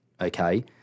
okay